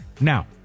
Now